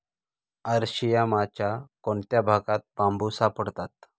अरशियामाच्या कोणत्या भागात बांबू सापडतात?